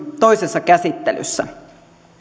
toisessa käsittelyssä